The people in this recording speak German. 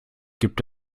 gibt